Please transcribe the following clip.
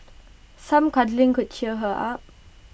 some cuddling could cheer her up